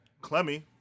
Clemmy